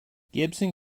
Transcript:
gibson